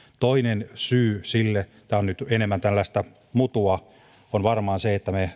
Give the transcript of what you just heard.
toinen syy sille tämä on nyt enemmän tällaista mutua on varmaan se että me